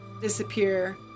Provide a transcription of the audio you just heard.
disappear